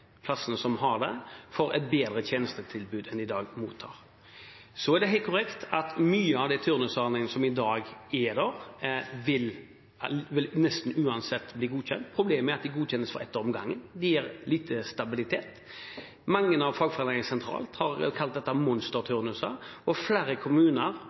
plassene som har det – får et bedre tjenestetilbud enn de mottar i dag. Så er det helt korrekt at mange av de turnusordningene som finnes i dag, vil nesten uansett bli godkjent. Problemet er at de godkjennes for ett år om gangen. Det gir lite stabilitet. Mange av fagforeningene sentralt har kalt dette monsterturnuser, og flere kommuner